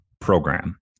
program